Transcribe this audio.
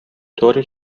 طوری